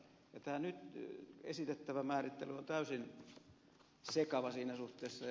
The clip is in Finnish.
tämä nyt esitettävä määrittely on täysin sekava siinä suhteessa